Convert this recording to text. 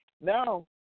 Now